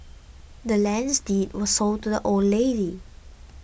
the land's deed was sold to the old lady